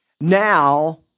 Now